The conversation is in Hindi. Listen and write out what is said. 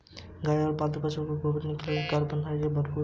गाय और पालतू पशुओं का गोबर मिनरल्स और कार्बनिक पदार्थों से भरपूर होता है